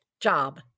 job